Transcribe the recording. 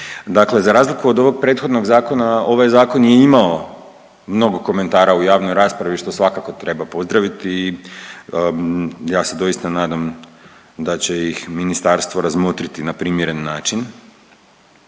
Dakle za razliku od ovog prethodnog zakona, ovaj Zakon je imao mnogo komentara u javnoj raspravi, što svakako treba pozdraviti i ja se doista nadam da će ih Ministarstvo razmotriti na primjeren način.